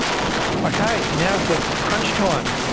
okay, now is the crunch time,